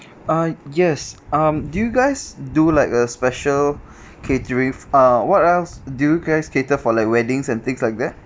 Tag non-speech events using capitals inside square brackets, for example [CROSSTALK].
uh yes um do you guys do like a special [BREATH] catering uh what else do you guys cater for like weddings and things like that